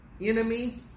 enemy